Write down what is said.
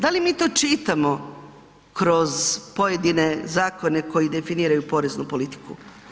Da li mi to čitamo kroz pojedine zakone koji definiraju poreznu politiku?